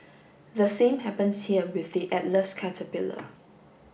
the same happens here with the Atlas caterpillar